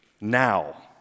now